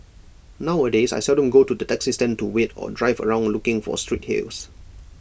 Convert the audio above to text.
nowadays I seldom go to the taxi stand to wait or drive around looking for street hails